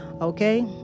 okay